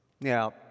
Now